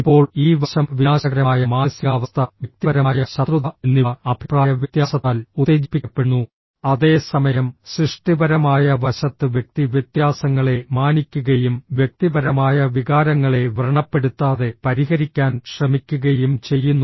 ഇപ്പോൾ ഈ വശംഃ വിനാശകരമായ മാനസികാവസ്ഥ വ്യക്തിപരമായ ശത്രുത എന്നിവ അഭിപ്രായവ്യത്യാസത്താൽ ഉത്തേജിപ്പിക്കപ്പെടുന്നു അതേസമയം സൃഷ്ടിപരമായ വശത്ത് വ്യക്തി വ്യത്യാസങ്ങളെ മാനിക്കുകയും വ്യക്തിപരമായ വികാരങ്ങളെ വ്രണപ്പെടുത്താതെ പരിഹരിക്കാൻ ശ്രമിക്കുകയും ചെയ്യുന്നു